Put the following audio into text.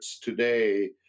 today